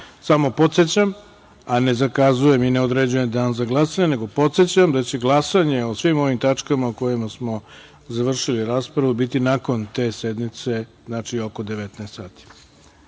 podsećam, a ne zakazujem i ne određujem Dan za glasanje, nego podsećam da će glasanje o svim ovim tačkama o kojima smo završili raspravu biti nakon te sednice, znači oko 19,00